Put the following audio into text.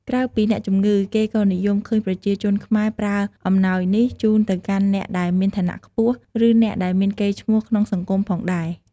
ក្រៅពីអ្នកជំងឺ គេក៏និយមឃើញប្រជាជនខ្មែរប្រើអំណោយនេះជូនទៅកាន់អ្នកដែលមានឋានៈខ្ពស់ ឬ អ្នកដែលមានកេរ្តិ៍ឈ្មោះក្នុងសង្គមផងដែរ។